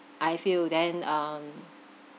I feel then um